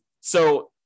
so-